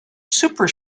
super